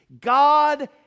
God